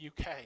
UK